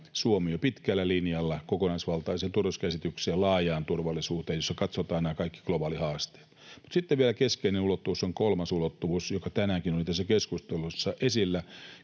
Suomen, jo pitkällä linjalla, kokonaisvaltaiseen turvallisuuskäsitykseen ja laajaan turvallisuuteen, jossa katsotaan nämä kaikki globaalihaasteet. Sitten vielä keskeinen ulottuvuus on kolmas ulottuvuus, joka tänäänkin oli tässä keskustelussa esillä: